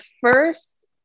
first